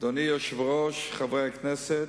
אדוני היושב-ראש, חברי הכנסת,